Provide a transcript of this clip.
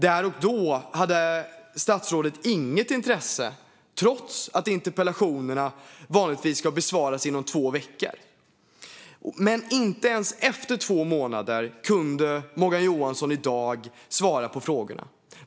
Där och då hade statsrådet inget intresse, trots att interpellationer vanligtvis ska besvaras inom två veckor. Men inte ens efter två månader kunde Morgan Johansson i dag svara på frågorna.